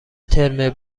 ترم